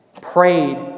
prayed